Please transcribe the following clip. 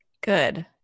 Good